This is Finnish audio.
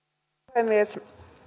puhemies